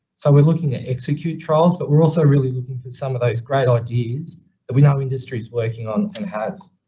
so we're looking to execute trials, but we're also really looking for some of those great ideas that we know industry's working on and has,